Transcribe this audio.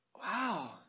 Wow